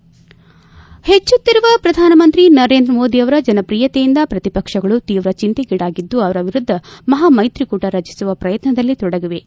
ಪಚ್ಚುತ್ತಿರುವ ಪ್ರಧಾನಮಂತ್ರಿ ನರೇಂದ್ರ ಮೋದಿ ಅವರ ಜನಪ್ರಿಯತೆಯಿಂದ ಪ್ರತಿಪಕ್ಷಗಳು ತೀವ್ರ ಚಿಂತೆಗೀಡಾಗಿದ್ದು ಅವರ ವಿರುದ್ದ ಮಹಾಮ್ಮೆತ್ರಿಕೂಟ ರಚಿಸುವ ಪ್ರಯತ್ನದಲ್ಲಿ ತೊಡಗಿವೆ